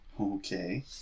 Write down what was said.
Okay